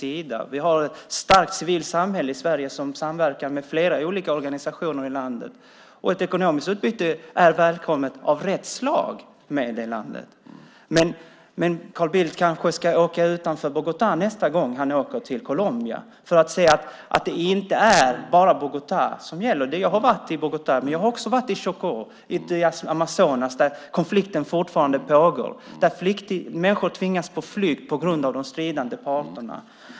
Vi har i Sverige ett starkt civilt samhälle som samverkar med flera olika organisationer i Colombia. Ett ekonomiskt utbyte är också välkommet - om det är av rätt slag. Nästa gång Carl Bildt åker till Colombia kanske han ska åka utanför Bogotá för att se att det inte bara är Bogotá som gäller. Jag har varit i Bogotá, men jag har också varit Choco i Amazonas där konflikten fortfarande pågår och människor tvingas på flykt på grund av de stridande parterna.